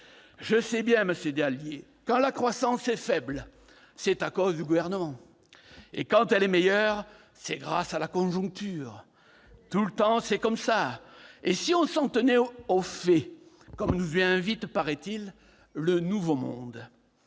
Je sais bien, monsieur Dallier, que, quand la croissance est faible, c'est toujours à cause du Gouvernement et que, quand elle est meilleure, c'est grâce à la conjoncture. C'est toujours comme ça ! Et si l'on s'en tenait aux faits, comme nous y invite, paraît-il, le nouveau monde ?